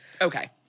Okay